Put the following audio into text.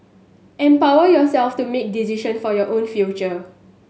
empower yourself to make decision for your own future